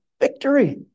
victory